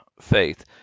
faith